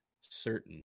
certain